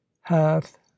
hath